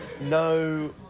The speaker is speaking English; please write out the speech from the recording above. No